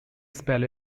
spell